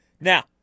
Now